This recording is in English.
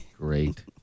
great